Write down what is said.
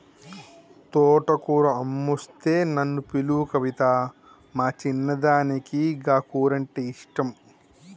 తోటకూర అమ్మొస్తే నన్ను పిలువు కవితా, మా చిన్నదానికి గా కూరంటే ఇష్టం